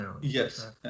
Yes